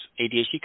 ADHD